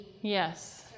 Yes